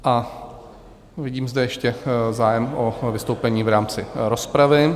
A vidím zde ještě zájem o vystoupení v rámci rozpravy.